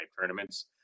tournaments